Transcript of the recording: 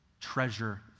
treasure